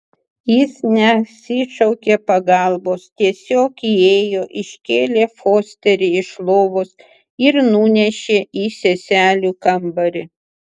jis nesišaukė pagalbos tiesiog įėjo iškėlė fosterį iš lovos ir nunešė į seselių kambarį